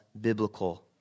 biblical